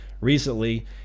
Recently